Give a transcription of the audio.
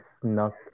snuck